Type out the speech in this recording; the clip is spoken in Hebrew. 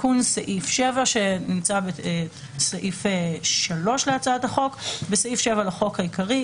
תיקון סעיף 7 3. בסעיף 7 לחוק העיקרי,